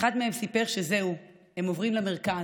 אחד מהם סיפר שזהו, הם עוברים למרכז,